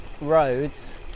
roads